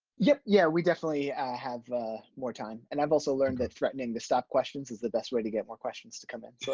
yeah yeah. we definitely have more time. and i've also learned that threatening to stop questions is the best way to get more questions to come in.